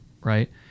right